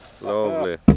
Lovely